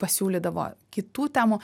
pasiūlydavo kitų temų